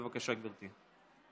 בבקשה, גברתי.